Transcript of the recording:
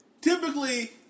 Typically